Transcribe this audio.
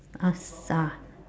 ah